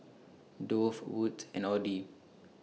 Dove Wood's and Audi